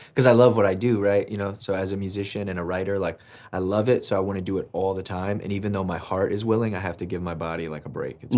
cause i love what i do, you know, so as a musician and a writer. like i love it, so i wanna do it all the time and even though my heart is willing, i have to give my body like a break, it's and